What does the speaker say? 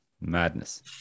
madness